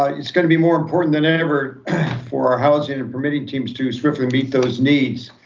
ah it's gonna be more important than ever for our housing and permitting teams to swiftly meet those needs.